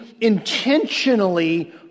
intentionally